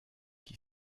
qui